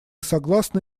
согласны